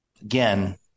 again